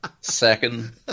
second